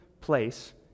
place